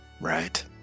right